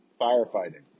firefighting